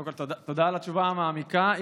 קודם כול תודה על התשובה המעמיקה,